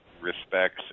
respects